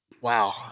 wow